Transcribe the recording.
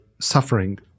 suffering